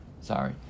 sorry